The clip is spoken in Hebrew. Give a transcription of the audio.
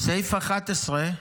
סעיף 11,